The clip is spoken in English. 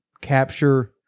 capture